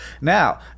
Now